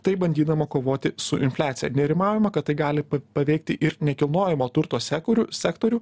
taip bandydama kovoti su infliacija nerimaujama kad tai gali paveikti ir nekilnojamo turto sekorių sektorių